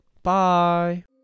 Bye